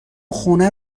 خونه